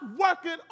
working